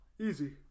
easy